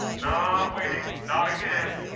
not waiting not again.